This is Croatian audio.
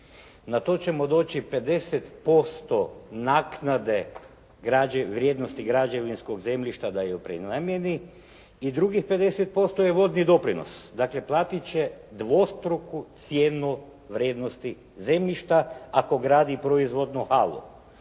Na to će mu doći 50% naknade vrijednosti građevinskog zemljišta da je … /Govornik se ne razumije./ … i drugih 50% je vodni doprinos. Dakle, platit će dvostruku cijenu vrijednosti zemljišta, ako gradi proizvodnu halu.